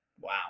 Wow